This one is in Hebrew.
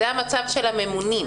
זה המצב של הממונים.